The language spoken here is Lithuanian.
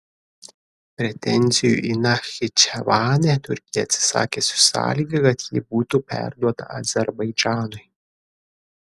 pretenzijų į nachičevanę turkija atsisakė su sąlyga kad ji būtų perduota azerbaidžanui